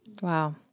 Wow